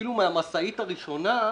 אפילו מהמשאית הראשונה,